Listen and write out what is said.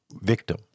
victim